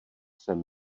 jsem